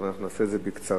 אבל אנחנו נעשה את זה בקצרה.